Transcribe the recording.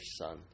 son